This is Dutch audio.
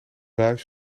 buis